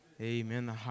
Amen